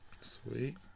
Sweet